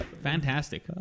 Fantastic